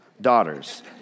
daughters